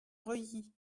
reuilly